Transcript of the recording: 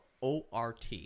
ORT